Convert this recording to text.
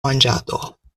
manĝado